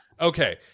Okay